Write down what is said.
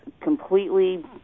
completely